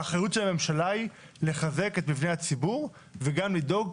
והאחריות של הממשלה היא לחזק את מבני הציבור וגם לדאוג,